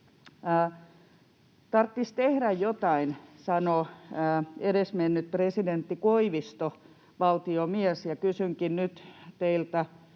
”Tarttis tehdä jotain”, sanoi edesmennyt presidentti Koivisto, valtiomies, ja kysynkin nyt teiltä,